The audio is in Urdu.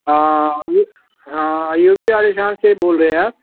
ہاں ایو ہاں ایوبی عالی شان سے بول رہے ہیں آپ